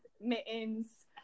mittens